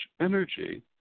energy